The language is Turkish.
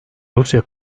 rusya